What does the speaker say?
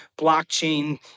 blockchain